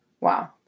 Wow